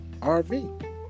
RV